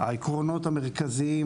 העקרונות המרכזיים